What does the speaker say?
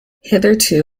hitherto